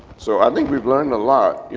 so i think we've learned a lot,